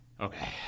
okay